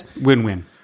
win-win